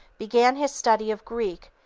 began his study of greek,